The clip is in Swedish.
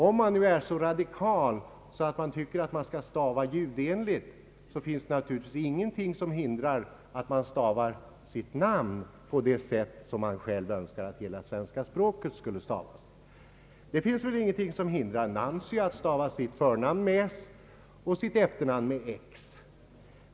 Om man nu är så radikal att man tycker att vi skall stava ljudenligt finns det naturligtvis ingenting som hindrar att man stavar sitt namn på det sätt som man själv önskar att hela svenska språket skulle stavas. Det finns väl ingenting som hindrar Nancy Eriksson att stava sitt förnamn med s och sitt efternamn med x.